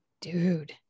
Dude